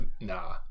Nah